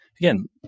again